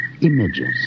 images